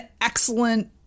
excellent